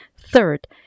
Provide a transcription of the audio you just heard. Third